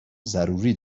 ضروری